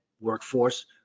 workforce